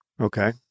Okay